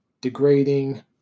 degrading